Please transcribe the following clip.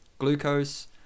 glucose